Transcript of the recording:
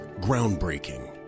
Groundbreaking